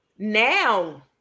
Now